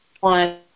one